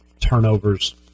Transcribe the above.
turnovers